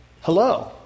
Hello